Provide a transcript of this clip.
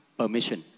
permission